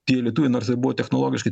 tie lietuviai nors buvo technologiškai